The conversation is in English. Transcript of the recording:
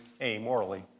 amorally